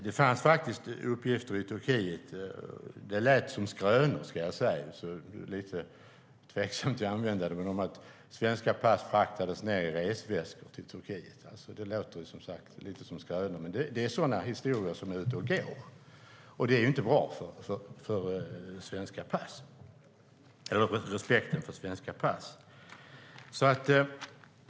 Det fanns faktiskt uppgifter i Turkiet - de lät som skrönor, ska jag säga, så jag är lite tveksam till dem - om att svenska pass fraktades ned i resväskor till Turkiet. Det låter som skrönor, men det finns sådana historier som är ute och går. Det är inte bra för respekten för svenska pass.